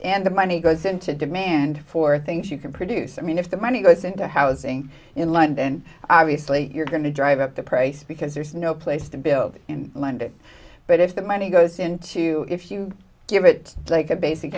and the money goes into demand for things you can produce i mean if the money goes into housing in line then obviously you're going to drive up the price because there's no place to build it and land it but if the money goes into if you give it like a basic